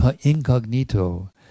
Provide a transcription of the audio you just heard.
incognito